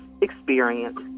experience